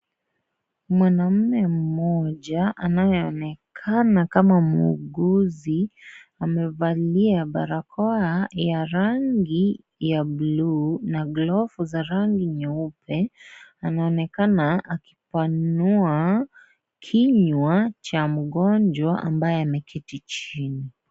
Mwanaume mmoja anayeonekana kama muuguzi , amevalia barakoa ya rangi ya bluu na glavu za rangi nyeupe anaonekana akipanua kinywa cha mgonjwa ambaye ameketi chini.